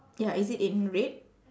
ya is it in red